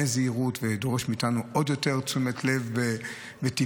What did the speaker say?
זהירות ודורש מאיתנו עוד יותר תשומת לב וטיפול.